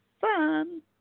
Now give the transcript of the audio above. fun